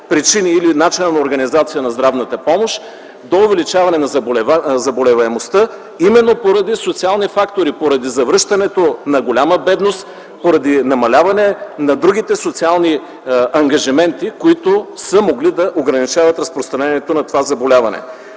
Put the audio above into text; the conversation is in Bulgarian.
причини или начина на организацията на здравната помощ до увеличаване на заболеваемостта именно поради социални фактори - поради завръщането на голяма бедност, поради намаляване на другите социални ангажименти, които са могли да ограничават разпространението на това заболяване.